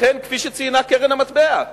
לכן, כפי שציינה קרן המטבע,